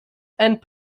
and